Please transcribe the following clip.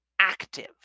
active